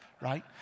right